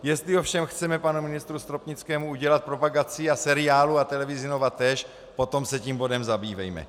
Jestli ovšem chceme panu ministru Stropnickému udělat propagaci, a seriálu a televizi NOVA též, potom se tím bodem zabývejme.